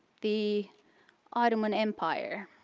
the ottoman empire.